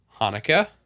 Hanukkah